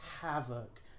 Havoc